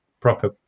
proper